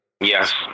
Yes